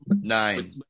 nine